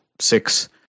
six